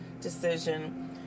decision